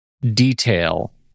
detail